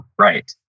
right